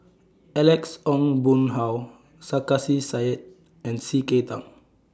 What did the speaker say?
Alex Ong Boon Hau Sarkasi Said and C K Tang